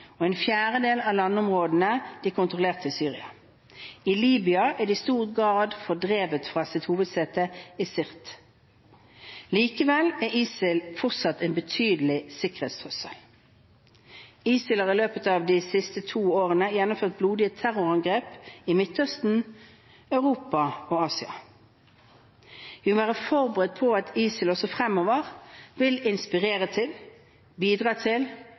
og en fjerdedel av landområdene de kontrollerte i Syria. I Libya er de i stor grad fordrevet fra sitt hovedsete i Sirte. Likevel er ISIL fortsatt en betydelig sikkerhetstrussel. ISIL har i løpet av de siste to årene gjennomført blodige terrorangrep i Midtøsten, Europa og Asia. Vi må være forberedt på at ISIL også fremover vil inspirere til, bidra til